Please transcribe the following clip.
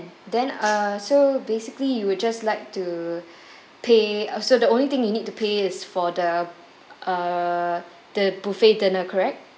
then uh so basically you would just like to pay uh so the only thing you need to pay is for the uh the buffet dinner correct